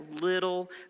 little